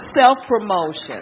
self-promotion